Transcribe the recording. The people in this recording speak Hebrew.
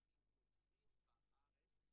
התחלואה בארץ.